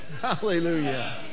Hallelujah